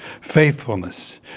faithfulness